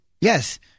Yes